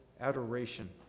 adoration